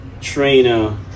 trainer